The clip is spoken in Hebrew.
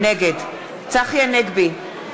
נגד צחי הנגבי,